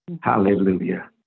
Hallelujah